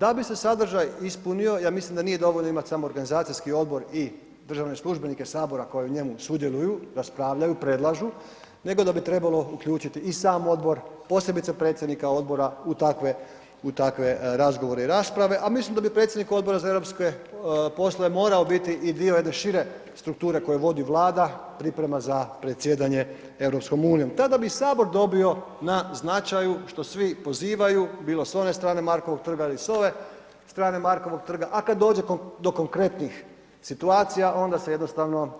Da bi se sadržaj ispunio ja mislim da nije dovoljno imati samo organizaciji odbor i državne službenike HS koji u njemu sudjeluju, raspravljaju, predlažu, nego da bi trebalo uključiti i sam odbor, posebice predsjednika odbora u takve, u takve razgovore i rasprave, a mislim da bi predsjednik Odbora za europske poslove morao biti i dio jedne šire strukture koju vodi Vlada, priprema za predsjedanje EU, tada bi HS dobio na značaju što svi pozivanju, bilo s one strane Markovog trga ili s ove strane Markovog trga, a kad dođe do konkretnih situacija onda se jednostavno